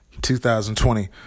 2020